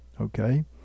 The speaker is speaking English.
Okay